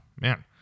Man